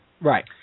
Right